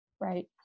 right